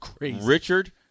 Richard